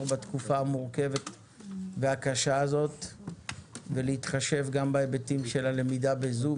בתקופה המורכבת והקשה הזאת ולהתחשב גם בהיבטים של הלמידה בזום,